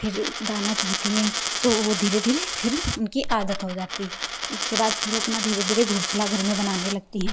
फिर दाना चुगती हैं तो वो धीरे धीरे फिर उनकी आदत हो जाती है उसके बाद फिर वो अपना धीरे धीरे घोंसला घर में बनाने लगती हैं